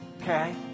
Okay